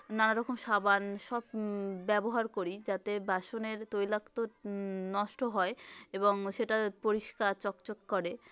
নানা রকম সাবান ব্যবহার করি যাতে বাসনের তৈলাক্ত নষ্ট হয় এবং সেটা পরিষ্কার চকচক করে